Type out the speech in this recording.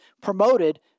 promoted